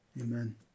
Amen